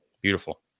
Beautiful